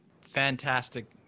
Fantastic